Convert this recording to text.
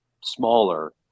smaller